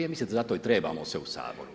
Ja mislim da zato i trebamo se u saboru.